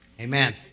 Amen